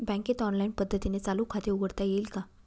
बँकेत ऑनलाईन पद्धतीने चालू खाते उघडता येईल का?